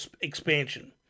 expansion